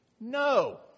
No